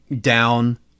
down